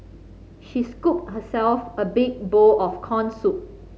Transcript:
she scooped herself a big bowl of corn soup